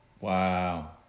Wow